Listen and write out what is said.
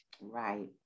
Right